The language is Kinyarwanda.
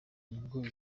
nibwo